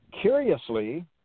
curiously